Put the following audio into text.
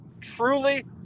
truly